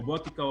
רובוטיקה,